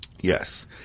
Yes